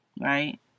right